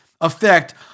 effect